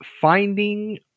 finding